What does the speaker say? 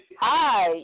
Hi